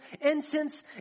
incense